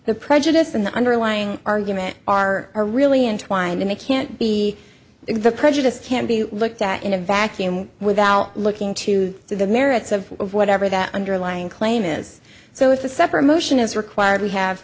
the prejudice and the underlying argument are are really in twine and they can't be if the prejudice can be looked at in a vacuum without looking to the merits of whatever that underlying claim is so if a separate motion is required we have